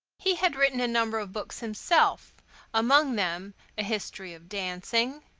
he had written a number of books himself among them a history of dancing,